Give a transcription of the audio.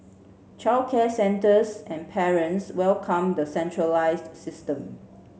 childcare centres and parents welcomed the centralised system